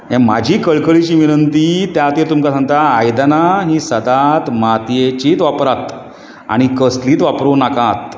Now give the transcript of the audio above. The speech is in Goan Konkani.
हे म्हाजी कळकळीची विनंती त्या खातीर तुमकां सांगतां आयदनां ही सदांच मातयेचीच वापरात आनी कसलीच वापरू नाकात